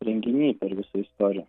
renginy per visą istoriją